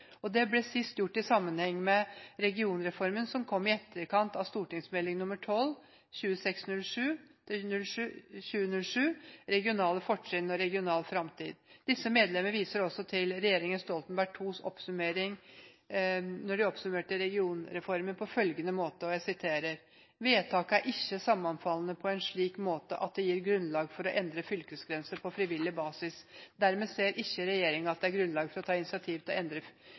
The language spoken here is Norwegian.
Det ble sist gjort i sammenheng med regionreformen som kom i etterkant av St.meld. nr. 12 for 2006–2007, Regionale fortrinn – regional framtid. Disse medlemmerviser også til Stoltenberg II-regjeringen som oppsummerte regionreformen på følgende måte: «Vedtakene er ikke sammenfallende på en slik måte at de gir grunnlag for å endre fylkesgrenser på frivillig basis. Dermed ser ikke regjeringen at det er grunnlag for å ta initiativ til å endre